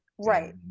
right